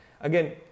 Again